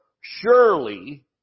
Surely